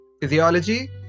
physiology